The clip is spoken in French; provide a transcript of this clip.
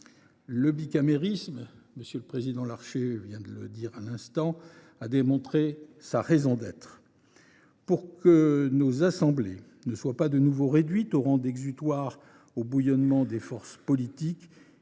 de le souligner le président Larcher, le bicamérisme a démontré sa raison d’être. Pour que nos assemblées ne soient pas de nouveau réduites au rang d’exutoire au bouillonnement des forces politiques,